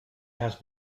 has